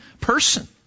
person